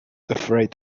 afraid